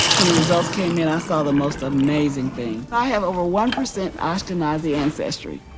when the results came in, i saw the most amazing thing. i have over one percent ashkenazi ancestry.